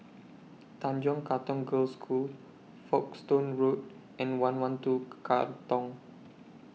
Tanjong Katong Girls' School Folkestone Road and one one two Katong